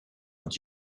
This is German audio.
und